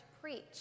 preach